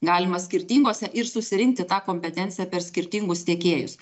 galima skirtingose ir susirinkti tą kompetenciją per skirtingus tiekėjus